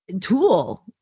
tool